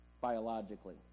biologically